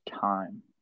time